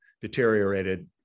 deteriorated